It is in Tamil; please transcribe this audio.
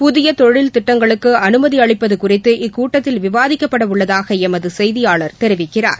புதியதொழில் திட்டங்களுக்குஅனுமதிஅளிப்பதுகுறித்து இக்கூட்டத்தில் விவாதிக்கப்படவுள்ளதாகளமதுசெய்தியாளர் தெரிவிக்கிறார்